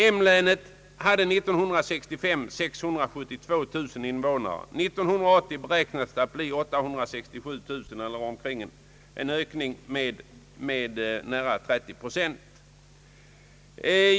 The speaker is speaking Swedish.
År 1965 hade M-länet 672 000 invånare. 1980 beräknas invånarantalet bli 867 000, en ökning med nära 30 procent.